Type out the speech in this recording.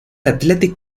athletic